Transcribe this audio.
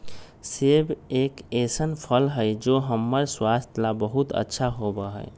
सेब एक ऐसन फल हई जो हम्मर स्वास्थ्य ला बहुत अच्छा होबा हई